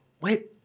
wait